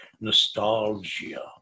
nostalgia